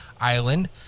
island